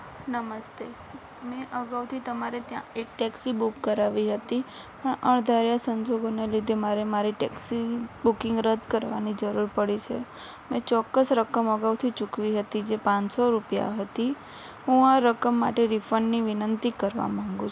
નમસ્તે મેં અગાઉથી મેં તમારે ત્યાં એક ટેક્સી બુક કરાવી હતી હું અણધાર્યા સંજોગોના લીધે મારે મારી ટેક્સી બુકિંગ રદ કરવાની જરૂર પડી છે મેં ચોક્કસ રકમ અગાઉથી ચૂકવી હતી જે પાંચસો રૂપિયા હતી હું આ રકમ માટે રિફંડની વિનંતી કરવા માંગુ છું